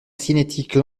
cinétique